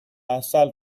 عسل